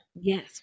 Yes